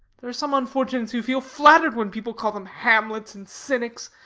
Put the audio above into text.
there are some unfortunates who feel flattered when people call them hamlets and cynics,